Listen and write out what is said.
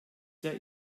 sehr